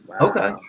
Okay